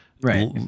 right